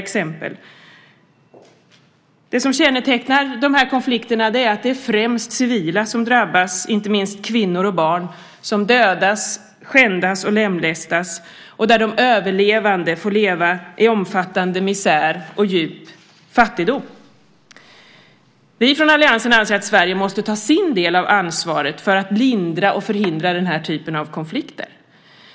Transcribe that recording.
Det som kännetecknar dessa konflikter är att det främst är civila som drabbas, inte minst kvinnor och barn, som dödas, skändas och lemlästas, och de överlevande får leva i omfattande misär och djup fattigdom. Vi från alliansen anser att Sverige måste ta sin del av ansvaret för att lindra och förhindra den här typen av konflikter.